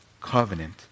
covenant